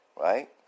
Right